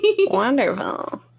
Wonderful